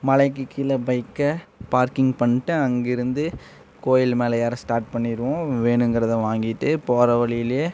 மலைக்கு கீழ பைக்கை பார்கிங் பண்ணிட்டு அங்கிருந்து கோயில் மேலே ஏற ஸ்டார்ட் பண்ணிடுவோம் வேணுங்கிறதை வாங்கிட்டு போகிற வழியிலேயே